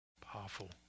Powerful